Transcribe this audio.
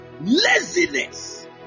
Laziness